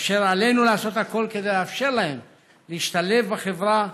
אשר עלינו לעשות הכול כדי לאפשר להם להשתלב בחברה,